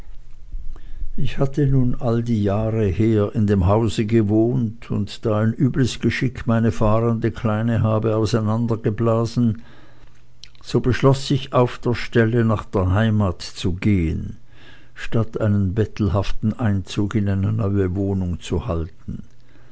ich hatte nun alle die jahre her in dem hause gewohnt und da ein übles geschick meine fahrende kleine habe auseinandergeblasen so beschloß ich auf der stelle nach der heimat zu gehen statt einen bettelhaften einzug in eine neue wohnung zu halten